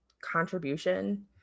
contribution